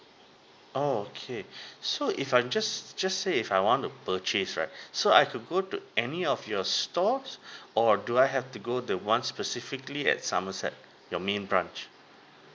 okay so if I just just say if I want to purchase right so I could go to any of your stall or do I have to go the one specifically at somerset your main branch